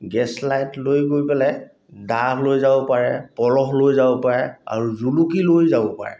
gas light লৈ গৈ পেলাই দা লৈ যাব পাৰে পলহ লৈ যাব পাৰে আৰু জুলুকি লৈ যাব পাৰে